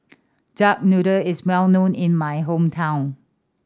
duck noodle is well known in my hometown